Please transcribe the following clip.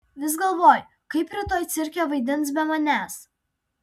vis galvoju kaip rytoj cirke vaidins be manęs